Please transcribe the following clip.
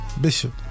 Bishop